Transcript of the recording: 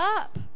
up